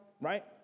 right